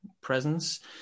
presence